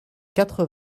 quatre